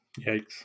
Yikes